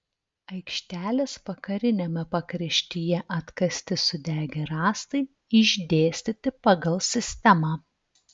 aikštelės vakariniame pakraštyje atkasti sudegę rąstai išdėstyti pagal sistemą